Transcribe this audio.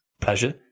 pleasure